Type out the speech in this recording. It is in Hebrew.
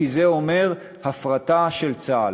כי זה אומר הפרטה של צה"ל,